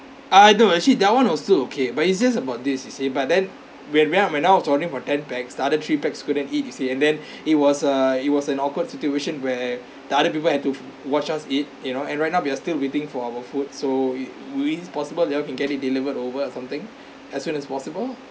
ah no actually that [one] also okay but it's just about this you see but then where where I am now is only for ten pax the other three pax couldn't eat you see and then it was a it was an awkward situation where the other people have to watch us eat you know and right now we are still waiting for our food so it we possible y'all can get it delivered over or something as soon as possible